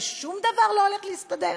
ושום דבר לא הולך להסתדר.